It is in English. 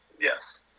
Yes